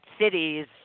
cities